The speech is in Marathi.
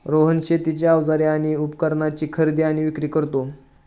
रोहन शेतीची अवजारे आणि उपकरणाची खरेदी आणि विक्री करतो